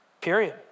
Period